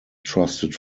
trusted